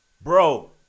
Bro